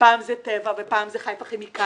פעם זה "טבע" ופעם זה "חיפה כימיקלים"